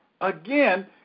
again